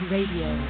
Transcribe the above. Radio